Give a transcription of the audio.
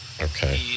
Okay